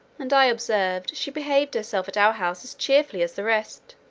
and i observed, she behaved herself at our house as cheerfully as the rest.